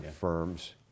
firms